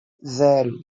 zero